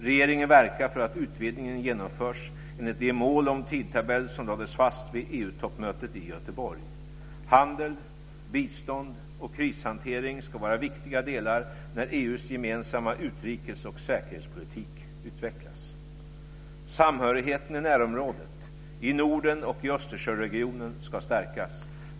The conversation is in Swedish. Regeringen verkar för att utvidgningen genomförs enligt de mål om tidtabell som lades fast vid EU-toppmötet i Göteborg. Handel, bistånd och krishantering ska vara viktiga delar när EU:s gemensamma utrikes och säkerhetspolitik utvecklas. Samhörigheten i närområdet, i Norden och i Östersjöregionen ska stärkas.